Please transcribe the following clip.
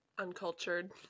uncultured